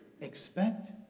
Expect